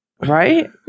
Right